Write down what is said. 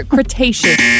Cretaceous